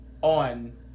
on